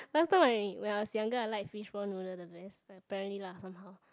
last time I when I was younger I like fishball noodle the best like apparently lah somehow